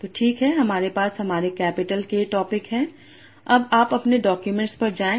तो ठीक है हमारे पास हमारे कैपिटल K टॉपिक् हैं अब आप अपने डॉक्यूमेंट पर जाएं